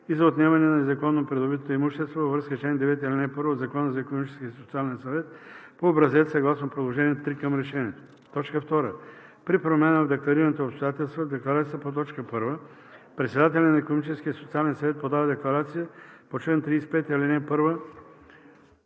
и за отнемане на незаконно придобитото имущество във връзка с чл. 9, ал. 1 от Закона за Икономически и социален съвет по образец съгласно приложение № 3 към решението. 2. При промяна в декларираните обстоятелства в декларацията по т. 1 председателят на Икономическия и социален съвет подава декларация по чл. 35, ал. 1,